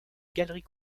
galerie